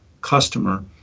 customer